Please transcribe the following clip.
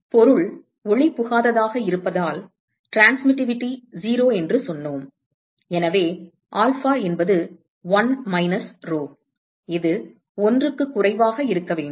மேலும் பொருள் ஒளிபுகாததாக இருப்பதால் டிரான்ஸ்மிட்டிவிட்டி 0 என்று சொன்னோம் எனவே ஆல்பா என்பது 1 மைனஸ் ரோ இது 1 க்குக் குறைவாக இருக்க வேண்டும்